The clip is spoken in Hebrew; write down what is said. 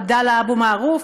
עבדאללה אבו מערוף,